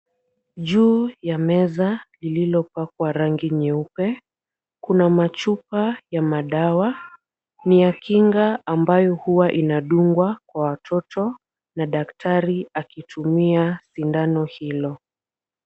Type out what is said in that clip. Juu ya meza lililopakwa rangi nyeupe, kuna machupa ya madawa, ni ya kinga ambayo huwa inadungwa kwa watoto na daktari akitumia sindano hilo.